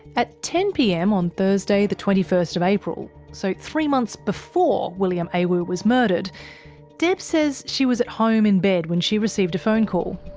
at ten pm on thursday the twenty first of april so three months before william awu was murdered deb says she was at home in bed when she received a phone call.